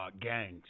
gangs